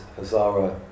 Hazara